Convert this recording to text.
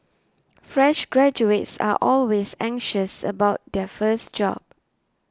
fresh graduates are always anxious about their first job